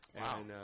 Wow